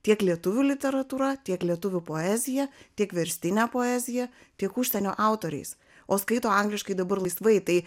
tiek lietuvių literatūra tiek lietuvių poezija tiek verstine poezija tiek užsienio autoriais o skaito angliškai dabar laisvai tai